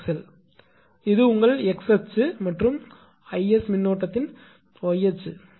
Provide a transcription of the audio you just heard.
உண்மையில் இது உங்கள் x அச்சு கூறு மற்றும் 𝐼𝑥 மின்னோட்டத்தின் கரண்ட் y அச்சு கூறு